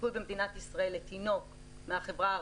הסיכוי במדינת ישראל לתינוק מהחברה הערבית,